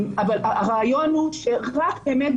אבל הרעיון הוא שרק באמת,